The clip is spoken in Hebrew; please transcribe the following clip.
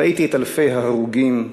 ראיתי את אלפי ההרוגים,